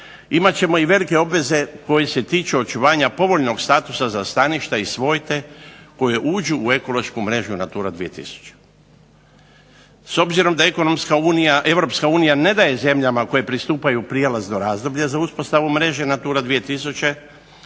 imat ćemo i velike obveze koje se tiču očuvanja povoljnog statusa za staništa i svojte koje uđu u ekološku mrežu natura 2000. S obzirom da Europska unija ne daje zemljama koje pristupaju prijelazno razdoblje za uspostavu mreže natura 2000,